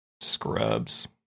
scrubs